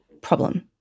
problem